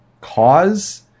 cause